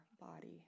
body